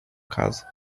casa